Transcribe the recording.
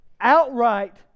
outright